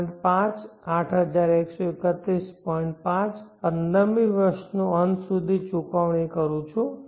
5 પંદરમી વર્ષનો અંત સુધી ચૂકવણી કરું છું